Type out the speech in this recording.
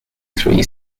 three